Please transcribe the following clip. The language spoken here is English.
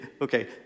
Okay